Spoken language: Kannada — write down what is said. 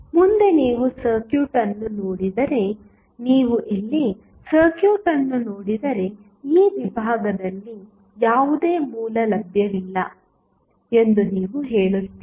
ಮುಂದೆ ನೀವು ಸರ್ಕ್ಯೂಟ್ ಅನ್ನು ನೋಡಿದರೆ ನೀವು ಇಲ್ಲಿ ಸರ್ಕ್ಯೂಟ್ ಅನ್ನು ನೋಡಿದರೆ ಈ ವಿಭಾಗದಲ್ಲಿ ಯಾವುದೇ ಮೂಲ ಲಭ್ಯವಿಲ್ಲ ಎಂದು ನೀವು ಹೇಳುತ್ತೀರಿ